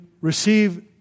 receive